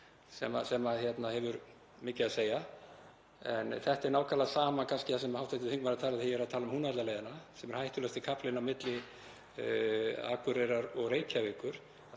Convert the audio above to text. sem hefur mikið að segja. En þetta er nákvæmlega sama og það sem hv. þingmaður talaði um þegar ég er að tala um Húnavallaleiðina, sem er hættulegasti kaflinn á milli Akureyrar og Reykjavíkur.